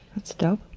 that's dope.